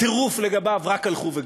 הטירוף לגביו, רק הלכו וגברו,